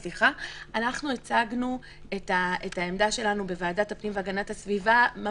אנחנו הצגנו את העמדה שלנו בוועדת הפנים והגנת הסביבה שלשום.